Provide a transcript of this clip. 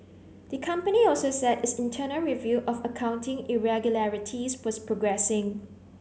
the company also said its internal review of accounting irregularities was progressing